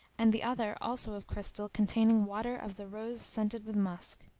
and the other also of crystal containing water of the rose scented with musk.